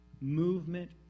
movement